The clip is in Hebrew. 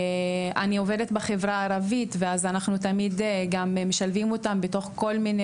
אני עובדת בחברה הערבית ואז אנחנו תמיד גם משלבים אותם בתוך כל מיני